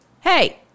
hey